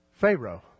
Pharaoh